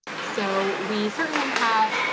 so we certainly have